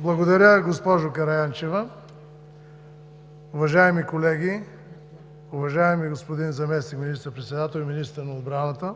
Благодаря, госпожо Караянчева. Уважаеми колеги, уважаеми господин Заместник министър-председател и министър на отбраната,